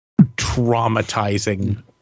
traumatizing